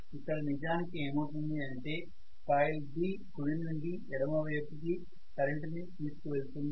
ఇక్కడ నిజానికి ఏమవుతుంది అంటే కాయిల్ B కుడి నుండి ఎడమ వైపుకి కరెంటుని తీసుకు వెళుతుంది